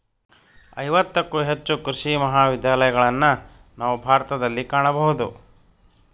ಐವತ್ತಕ್ಕೂ ಹೆಚ್ಚು ಕೃಷಿ ಮಹಾವಿದ್ಯಾಲಯಗಳನ್ನಾ ನಾವು ಭಾರತದಲ್ಲಿ ಕಾಣಬಹುದು